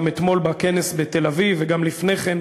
גם אתמול בכנס בתל-אביב וגם לפני כן,